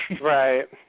Right